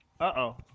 Uh-oh